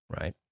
right